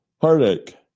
heartache